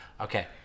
okay